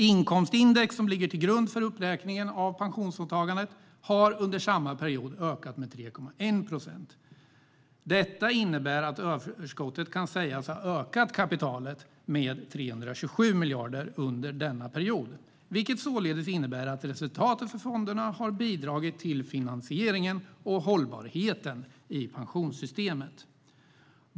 Inkomstindex, som ligger till grund för uppräkningen av pensionsåtagandet, har under samma period ökat med 3,1 procent. Detta innebär att överskottet kan sägas ha ökat kapitalet med 327 miljarder under denna period. Resultatet för fonderna har således bidragit till finansieringen av och hållbarheten i pensionssystemet.